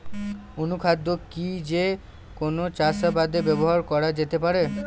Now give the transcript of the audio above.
অনুখাদ্য কি যে কোন চাষাবাদে ব্যবহার করা যেতে পারে?